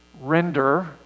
render